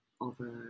over